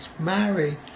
married